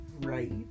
right